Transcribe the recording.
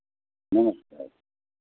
नमस्कार